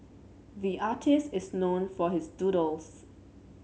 the artist is known for his doodles